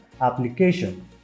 application